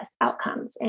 outcomes